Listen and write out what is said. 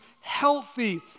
healthy